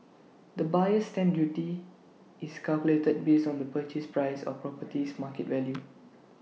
the buyer's stamp duty is calculated based on the purchase price or property's market value